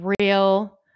real